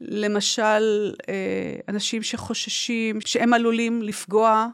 למשל, אנשים שחוששים, שהם עלולים לפגוע.